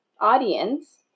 audience